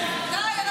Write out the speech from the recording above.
די.